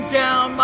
down